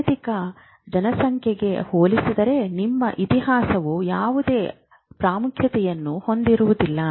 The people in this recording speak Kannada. ಜಾಗತಿಕ ಜನಸಂಖ್ಯೆಗೆ ಹೋಲಿಸಿದರೆ ನಿಮ್ಮ ಇತಿಹಾಸವು ಯಾವುದೇ ಪ್ರಾಮುಖ್ಯತೆಯನ್ನು ಹೊಂದಿರುವುದಿಲ್ಲ